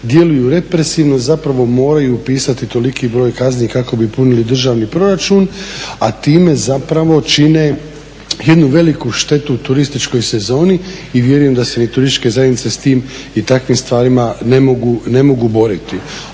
djeluju represivno zapravo moraju upisati toliki broj kazni kako bi punili državni proračun a time zapravo čine jednu veliku štetu turističkoj sezoni i vjerujem da se turističke zajednice sa tim i takvim stvarima ne mogu boriti.